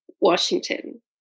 Washington